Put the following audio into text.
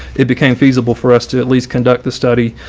it became feasible for us to at least conduct this study,